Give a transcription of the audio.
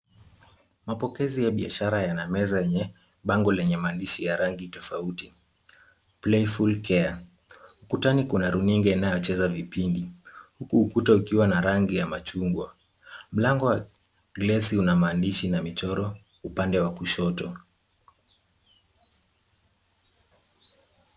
Mapokezi ya biashara yana meza yenye bango lenye maandishi ya rangi tofauti, playful care . Ukutani kuna runinga inayocheza vipindi huku ukiwa na rangi ya machungwa. Mlango wa glasi una maandishi na michoro upande wa kushoto.